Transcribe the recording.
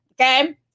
Okay